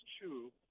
true